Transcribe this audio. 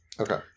Okay